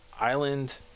island